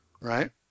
right